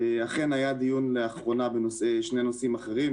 אכן היה לאחרונה דיון בשני נושאים אחרים,